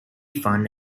fun